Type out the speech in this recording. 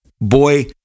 Boy